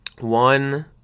one